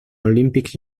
olympic